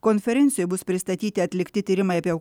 konferencijoj bus pristatyti atlikti tyrimai apie